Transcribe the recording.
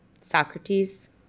Socrates